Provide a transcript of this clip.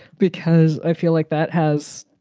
because i feel like that has.